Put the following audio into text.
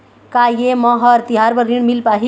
का ये म हर तिहार बर ऋण मिल पाही?